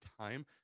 time